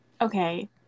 okay